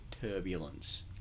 turbulence